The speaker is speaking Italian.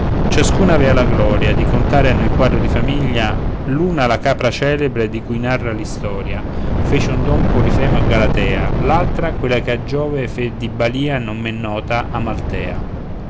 ciascuna avea la gloria di contare nel quadro di famiglia l'una la capra celebre di cui narra l'istoria fece un don polifemo a galatea l'altra quella che a giove fe di balia non men nota amaltea